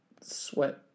sweat